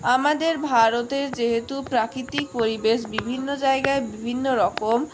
আমাদের ভারতে যেহেতু প্রাকৃতিক পরিবেশ বিভিন্ন জায়গায় বিভিন্ন রকম